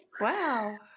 Wow